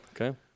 Okay